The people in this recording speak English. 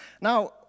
Now